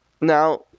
Now